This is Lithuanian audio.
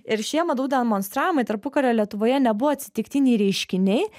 ir šie madų demonstravimai tarpukario lietuvoje nebuvo atsitiktiniai reiškiniai